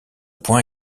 point